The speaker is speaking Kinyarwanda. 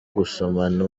gusomana